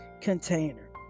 container